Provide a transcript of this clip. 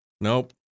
Nope